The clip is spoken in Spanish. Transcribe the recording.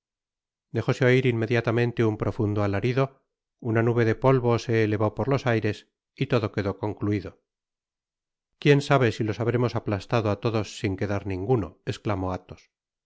dejóse oir inmediatamente un profundo alarido una nube de polvo se elevó por los aires y todo quedó concluido quien sabe si los habremos aplastado á todos sin quedar ninguno esclamó athos